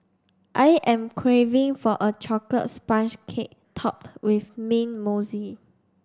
I am craving for a chocolate sponge cake topped with mint